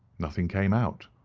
nothing came out